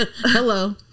hello